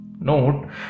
Note